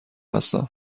هستم